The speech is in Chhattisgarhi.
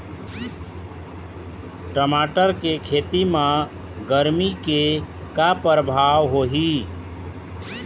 टमाटर के खेती म गरमी के का परभाव होही?